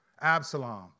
Absalom